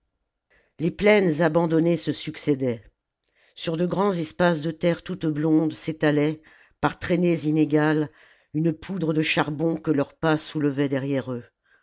les plaines abandonnées se succédaient sur de grands espaces de terre toute blonde s'étalait par traînées inégales une poudre de charbon que leurs pas soulevaient derrière eux